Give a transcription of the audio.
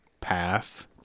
path